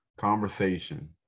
conversation